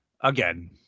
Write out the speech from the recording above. again